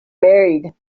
married